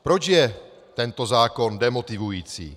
Proč je tento zákon demotivující?